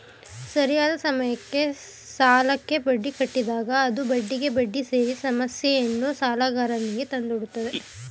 ಸರಿಯಾದ ಸಮಯಕ್ಕೆ ಸಾಲಕ್ಕೆ ಬಡ್ಡಿ ಕಟ್ಟಿದಾಗ ಅದು ಬಡ್ಡಿಗೆ ಬಡ್ಡಿ ಸೇರಿ ಸಮಸ್ಯೆಯನ್ನು ಸಾಲಗಾರನಿಗೆ ತಂದೊಡ್ಡುತ್ತದೆ